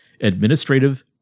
administrative